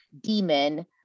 demon